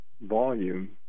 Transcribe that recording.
volume